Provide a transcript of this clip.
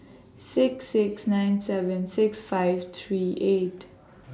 six six nine seven six five three eight